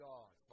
God